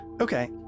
Okay